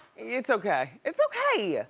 it's okay, it's okay. yeah